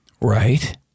Right